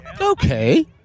Okay